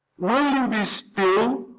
will you be still,